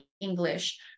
English